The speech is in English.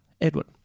Edward